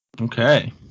Okay